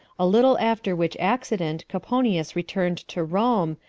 a little after which accident coponius returned to rome,